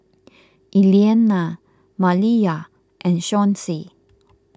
Elianna Maliyah and Chauncy